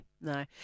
no